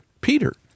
Peter